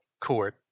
court